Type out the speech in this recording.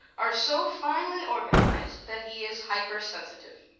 are so finely organized that he is hypersensitive.